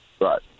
Right